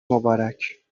مبارک